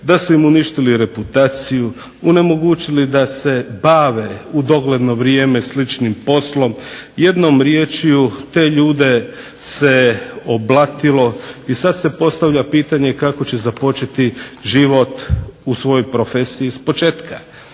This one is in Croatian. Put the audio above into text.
da su im uništili reputaciju, onemogućili da se bave u dogledno vrijeme sličnim poslom, jednom riječju te ljude se oblatilo i sada se postavlja pitanje kako će započeti život u svojoj profesiji ispočetka.